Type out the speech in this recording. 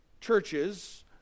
churches